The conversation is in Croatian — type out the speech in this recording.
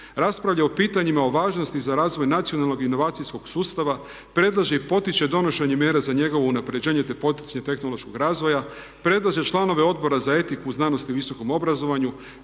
Raspravlja o pitanjima o važnosti za razvoj nacionalnog inovacijskog sustava, predlaže i potiče donošenje mjera za njegovo unapređenje te poticaj tehnološkog razvoja. Predlaže članove Odbora za etiku u znanosti i visokom obrazovanju,